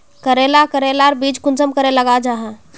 करेला करेलार बीज कुंसम करे लगा जाहा?